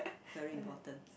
very important